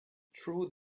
through